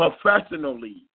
professionally